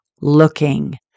looking